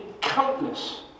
countless